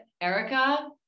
Erica